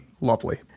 Lovely